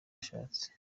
ashatse